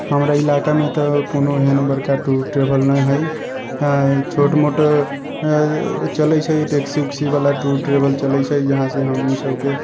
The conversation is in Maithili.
हमरा इलाका मे तऽ कोनो एहन बड़का टूर ट्रेवल नैहि है छोट मोट चलै छै टेक्सी उक्सी वाला टूर ट्रेवल चलै छै जहाँ से हमनी सबके